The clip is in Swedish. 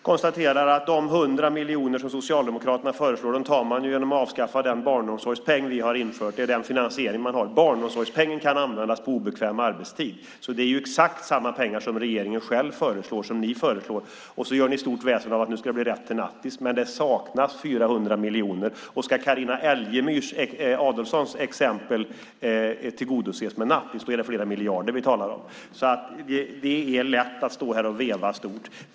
Herr talman! Jag konstaterar att de 100 miljoner som Socialdemokraterna föreslår tar man genom att avskaffa den barnomsorgspeng som vi har infört. Det är den finansiering man har. Men barnomsorgspengen kan användas på obekväm arbetstid, så det är exakt samma pengar som regeringen själv föreslår som ni föreslår, och så gör ni stort väsen av nu ska det blir rätt till nattis. Men det saknas 400 miljoner. Ska Carina Adolfsson Elgestams exempel tillgodoses med nattis, då är det flera miljarder vi talar om. Det är lätt att stå här och veva stort.